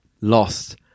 lost